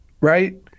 right